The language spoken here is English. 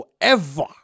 forever